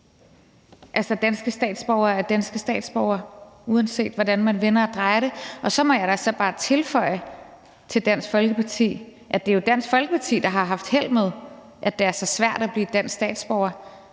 laver. Danske statsborgere er danske statsborgere, uanset hvordan man vender og drejer det. Så må jeg bare tilføje til Dansk Folkeparti, at det jo er Dansk Folkeparti, der har haft held med, at det er så svært at blive dansk statsborger